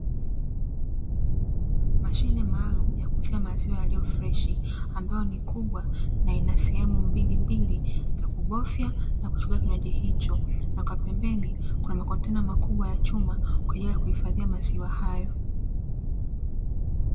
Mashine maalumu ya kuuzia maziwa yaliyo freshi, ambayo ni kubwa na ina sehemu mbilimbili za kubofya na kuchukua kinywaji hicho, na kwa pembeni kuna makontena makubwa ya chuma kwa ajili ya kuhifadhia maziwa hayo.